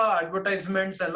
advertisements